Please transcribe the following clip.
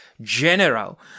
general